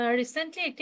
recently